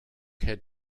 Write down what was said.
had